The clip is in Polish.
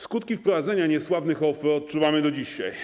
Skutki wprowadzenia niesławnych OFE odczuwamy do dzisiaj.